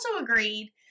agreed